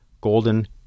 Golden